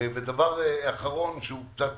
דבר אחרון הוא קצת